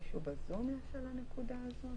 מישהו בזום --- של הנקודה הזאת?